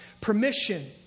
permission